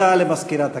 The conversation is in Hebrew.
הודעה למזכירת הכנסת.